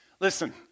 Listen